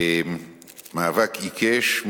מאבק עיקש,